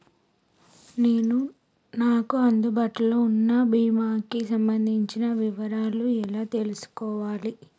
నేను నాకు అందుబాటులో ఉన్న బీమా కి సంబంధించిన వివరాలు ఎలా తెలుసుకోవాలి?